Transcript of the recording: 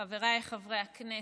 חבריי חברי הכנסת,